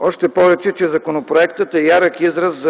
Още повече, че законопроектът е ярък израз